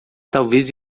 talvez